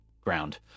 ground